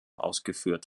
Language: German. ausgeführt